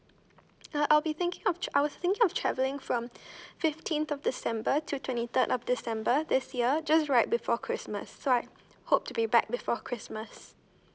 I'll be thinking of tral~ I was thinking of travelling from the fifteenth of december to twenty third of december this year just right before christmas so I hope to be back before christmas